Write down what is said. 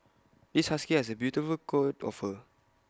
this husky has A beautiful coat of fur